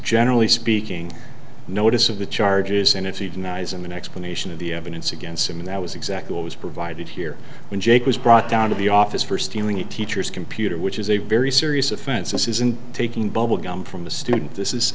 generally speaking notice of the charges and if he denies them an explanation of the evidence against him and that was exactly what was provided here when jake was brought down to the office for stealing a teacher's computer which is a very serious offense this isn't taking bubble gum from the student this is